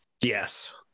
Yes